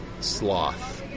sloth